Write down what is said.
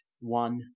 One